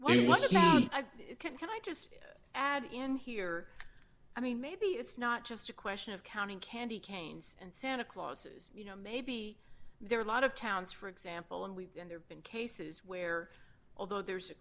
flick what can i just add in here i mean maybe it's not just a question of counting candy canes and santa clauses you know maybe there are a lot of towns for example and we've been there been cases where although there's a